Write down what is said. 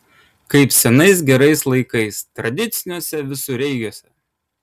kaip senais gerais laikais tradiciniuose visureigiuose